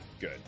good